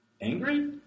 angry